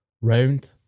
round